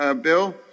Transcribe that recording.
bill